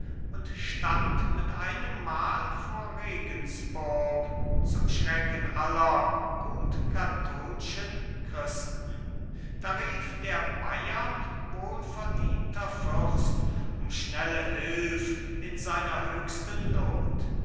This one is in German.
und stand mit einemmal vor regenspurg zum schrecken aller gut katholschen christen da rief der bayern wohlverdienter fürst um schnelle hilf in seiner höchsten not